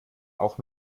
auch